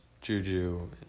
Juju